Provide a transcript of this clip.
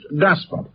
despot